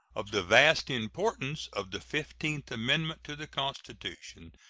of the vast importance of the fifteenth amendment to the constitution,